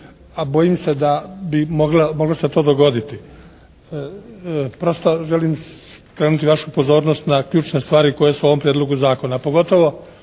A bojim se da bi moglo se to dogoditi. Prosto želim skrenuti vašu pozornost na ključne stvari koje su u ovom prijedlogu zakona. Pogotovo